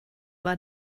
war